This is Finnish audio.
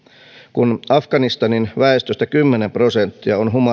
kun afganistanin väestöstä kymmenen prosenttia on